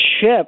ship